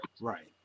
Right